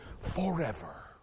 forever